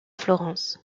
florence